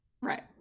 Right